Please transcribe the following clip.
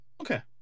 Okay